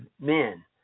men